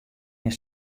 mear